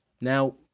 now